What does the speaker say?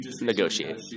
Negotiate